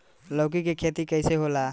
लौकी के खेती कइसे होला?